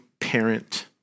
parent